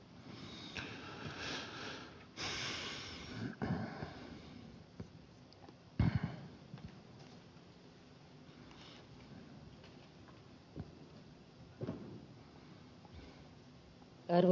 arvoisa puhemies